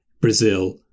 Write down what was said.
Brazil